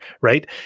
right